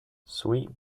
sweet